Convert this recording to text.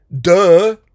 duh